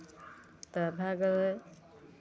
तऽ भए गेलै